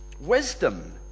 Wisdom